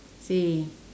say